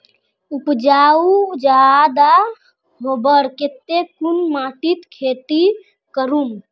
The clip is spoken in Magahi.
उपजाऊ ज्यादा होबार केते कुन माटित खेती करूम?